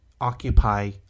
occupy